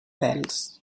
pèls